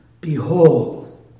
Behold